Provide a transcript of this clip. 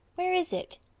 where is it?